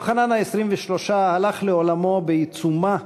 יוחנן ה-23 הלך לעולמו בעיצומה